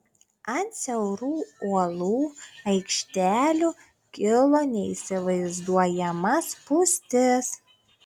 ant siaurų uolų aikštelių kilo neįsivaizduojama spūstis